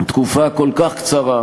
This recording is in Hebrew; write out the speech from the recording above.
תקופה כל כך קצרה,